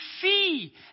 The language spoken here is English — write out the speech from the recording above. see